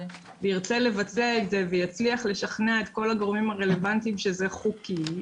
וירצה לבצע את זה ויצליח לשכנע את כל הגורמים הרלוונטיים שזה חוקי,